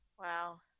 Wow